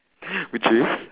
which is